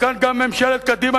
וכאן גם ממשלת קדימה,